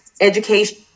education